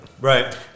right